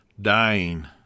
dying